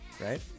right